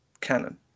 canon